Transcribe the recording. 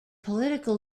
political